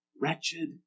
wretched